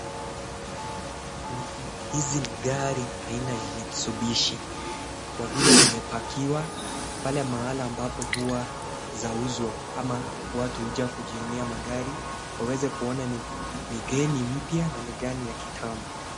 Hizi ni gari aina ya Mistubishi kwa vile zimepakiwa pale mahala ambapo huwa zauzwa ama watu huja kujionea magari waweze kuona ni gani mpya na ni gani ya kitambo.